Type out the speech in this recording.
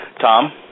Tom